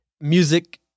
music